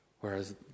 Whereas